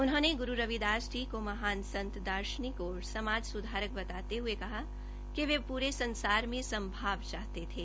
उन्होंने गुरू रविदास जी को महान् संत दार्शनिक औश्र समाज सुधारक बताते हुए कहा कि वे पूरे संसार में समभाव चाहते थो